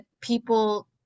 people